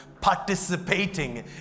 participating